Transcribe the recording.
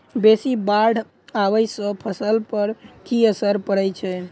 बेसी बाढ़ आबै सँ फसल पर की असर परै छै?